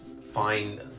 find